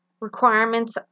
requirements